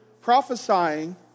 prophesying